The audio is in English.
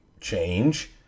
change